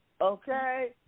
Okay